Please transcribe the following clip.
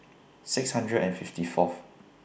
six hundred and fifty Fourth